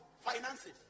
finances